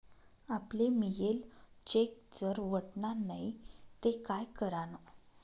आपले मियेल चेक जर वटना नै ते काय करानं?